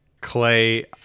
clay